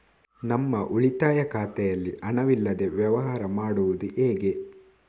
ನಮ್ಮ ಉಳಿತಾಯ ಖಾತೆಯಲ್ಲಿ ಹಣವಿಲ್ಲದೇ ವ್ಯವಹಾರ ಮಾಡುವುದು ಹೇಗೆ?